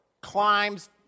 climbs